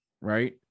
right